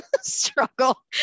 struggle